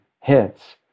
hits